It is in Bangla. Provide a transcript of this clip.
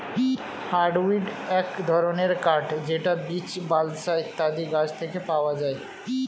হার্ডউড এক ধরনের কাঠ যেটা বীচ, বালসা ইত্যাদি গাছ থেকে পাওয়া যায়